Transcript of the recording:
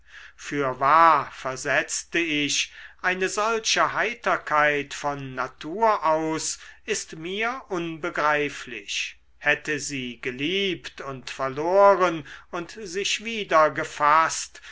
fürwahr versetzte ich eine solche heiterkeit von natur aus ist mir unbegreiflich hätte sie geliebt und verloren und sich wieder gefaßt